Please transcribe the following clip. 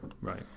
right